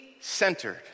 centered